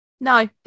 no